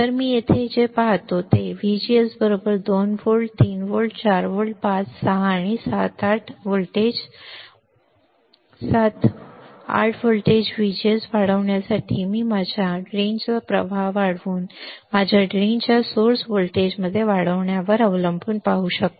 तर मी येथे जे पाहतो ते VGS 2 volt 3 volt 4 volt 5 volt 6 volt 7 volt 8 volt VGS वाढवण्यासाठी मी माझ्या नाल्याचा प्रवाह वाढवून माझ्या ड्रेनच्या स्त्रोत व्होल्टेजमध्ये वाढण्यावर अवलंबून पाहू शकतो